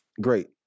great